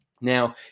Now